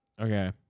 Okay